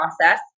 process